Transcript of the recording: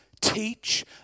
teach